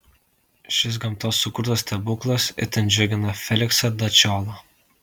šis gamtos sukurtas stebuklas itin džiugina feliksą dačiolą